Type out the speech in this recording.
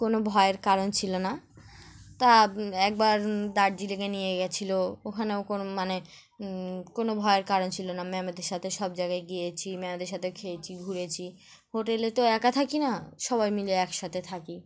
কোনো ভয়ের কারণ ছিলো না তা একবার দার্জিলিংয়ে নিয়ে গিয়েছিলো ওখানেও কোনো মানে কোনো ভয়ের কারণ ছিলো না ম্যামেদের সাথে সব জায়গায় গিয়েছি ম্যামদের সাথে খেয়েছি ঘুরেছি হোটেলে তো একা থাকি না সবাই মিলে একসাথে থাকি